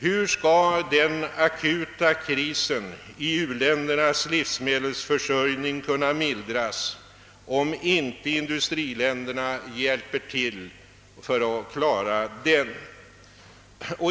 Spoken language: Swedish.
Hur skall den akuta krisen i u-ländernas = livsmedelsförsörjning kunna mildras, om inte industriländerna hjälper till därmed?